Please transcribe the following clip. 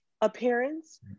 appearance